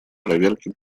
проверке